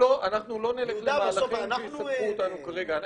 לא נלך למהלכים שיסבכו אותנו כרגע,